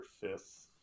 fifth